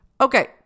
Okay